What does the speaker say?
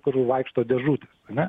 kur vaikšto dėžutės na